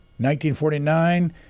1949